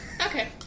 Okay